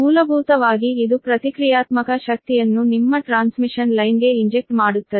ಮೂಲಭೂತವಾಗಿ ಇದು ಪ್ರತಿಕ್ರಿಯಾತ್ಮಕ ಶಕ್ತಿಯನ್ನು ನಿಮ್ಮ ಟ್ರಾನ್ಸ್ಮಿಷನ್ ಲೈನ್ಗೆ ಇಂಜೆಕ್ಟ್ ಮಾಡುತ್ತದೆ